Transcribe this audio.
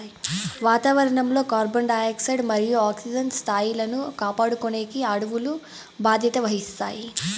వాతావరణం లో carbon dioxide మరియు ఆక్సిజన్ స్థాయిలను కాపాడుకునేకి అడవులు బాధ్యత వహిస్తాయి